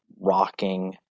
rocking